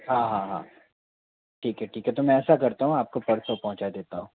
हाँ हाँ हाँ ठीक है ठीक है तो मैं ऐसा करता हूँ आपको परसों पहुँचा देता हूँ